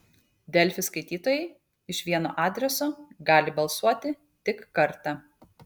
delfi skaitytojai iš vieno adreso gali balsuoti tik kartą